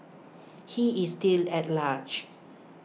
he is still at large